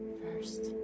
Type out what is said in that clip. first